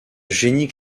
génie